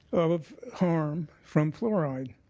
of harm from fluoride.